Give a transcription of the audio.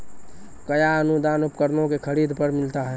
कया अनुदान उपकरणों के खरीद पर मिलता है?